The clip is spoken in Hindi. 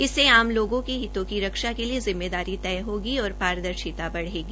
इससे आम लोगों के हितों की रक्षा के लिए जिम्मेदारी तय होगी और पारदर्शिता बढ़ेगी